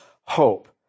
hope